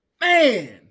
Man